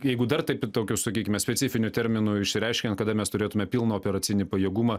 jeigu dar taip į tokiu sakykime specifiniu terminu išreiškiant kada mes turėtume pilną operacinį pajėgumą